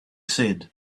said